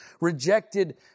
rejected